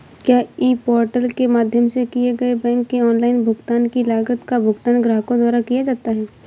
क्या e portal के माध्यम से किए गए बैंक के ऑनलाइन भुगतान की लागत का भुगतान ग्राहकों द्वारा किया जाता है?